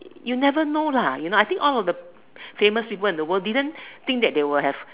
you never know lah you know I think all of the famous people in the world didn't think that they would have